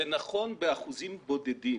זה נכון באחוזים בודדים.